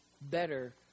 better